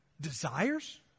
Desires